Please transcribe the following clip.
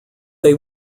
they